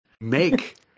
make